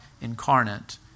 incarnate